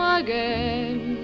again